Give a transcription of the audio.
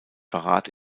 verrat